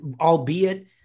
albeit